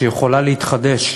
שיכולה להתחדש,